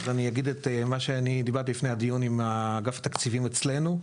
אני אגיד על מה דיברתי לפני הדיון עם אגף התקציבים אצלנו,